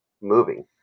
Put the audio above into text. moving